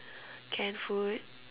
canned food